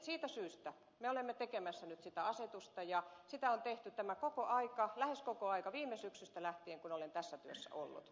siitä syystä me olemme tekemässä nyt asetusta ja sitä on tehty koko tämä aika lähes koko aika viime syksystä lähtien kun olen tässä työssä ollut